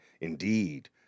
indeed